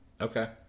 Okay